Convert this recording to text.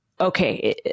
okay